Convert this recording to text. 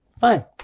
fine